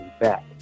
back